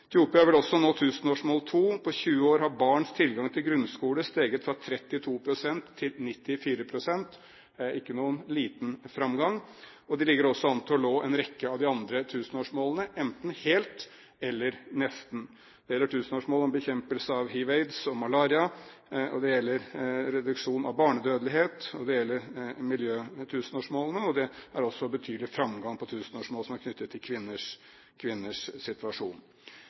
Etiopia vil også nå tusenårsmål 2 – på 20 år har barns tilgang til grunnskole steget fra 32 pst. til 94 pst. Det er ikke noen liten framgang, og de ligger også an til å nå en rekke av de andre tusenårsmålene – enten helt eller nesten. Det gjelder tusenårsmålet om bekjempelse av hiv/aids og malaria, det gjelder reduksjon av barnedødelighet, og det gjelder miljø. Det er også en betydelig framgang knyttet til tusenårsmålet om kvinners situasjon.